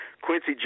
Quincy